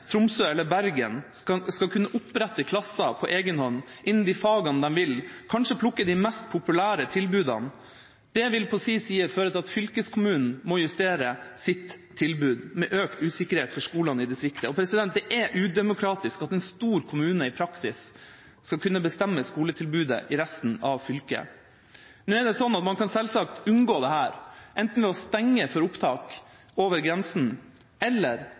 Tromsø eller Bergen skal kunne opprette klasser på egen hånd innen de fagene de vil, kanskje plukke de mest populære tilbudene, vil på sin side føre til at fylkeskommunen må justere sitt tilbud, med økt usikkerhet for skolene i distriktet. Det er udemokratisk at en stor kommune i praksis skal kunne bestemme skoletilbudet i resten av fylket. Nå er det sånn at man selvsagt kan unngå dette, enten ved å stenge for opptak over grensene eller